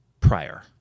prior